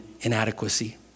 inadequacy